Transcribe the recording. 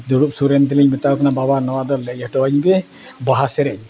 ᱫᱩᱲᱩᱵ ᱥᱚᱨᱮᱱ ᱛᱮᱞᱤᱧ ᱢᱮᱛᱟᱣ ᱠᱤᱱᱟᱹ ᱵᱟᱵᱟ ᱱᱚᱣᱟ ᱫᱚ ᱞᱟᱹᱭ ᱦᱚᱴᱚᱣᱟᱹᱧ ᱵᱤᱱ ᱵᱟᱦᱟ ᱥᱮᱨᱮᱧ